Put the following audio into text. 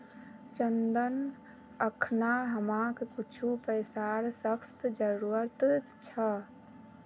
चंदन अखना हमाक कुछू पैसार सख्त जरूरत छ